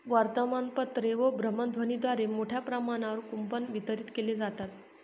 वर्तमानपत्रे व भ्रमणध्वनीद्वारे मोठ्या प्रमाणावर कूपन वितरित केले जातात